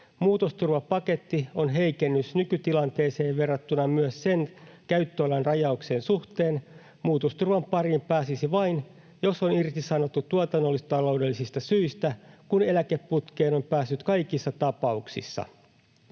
Muutosturvapaketti on heikennys nykytilanteeseen verrattuna myös sen käyttöalan rajauksen suhteen. Muutosturvan pariin pääsisi vain, jos on irtisanottu tuotannollis-taloudellisista syistä, kun eläkeputkeen on päässyt kaikissa tapauksissa.